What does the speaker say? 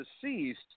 deceased